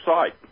site